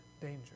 danger